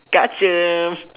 gotcha